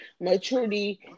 maturity